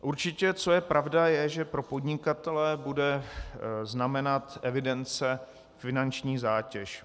Určitě co je pravda, je, že pro podnikatele bude znamenat evidence finanční zátěž.